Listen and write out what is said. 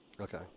okay